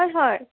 হয় হয়